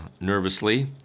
nervously